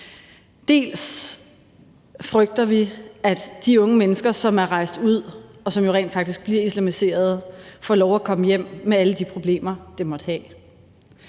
Dels frygter vi, at de unge mennesker, som er rejst ud, og som rent faktisk bliver islamiseret, får lov til at komme hjem med alle de problemer, det måtte have,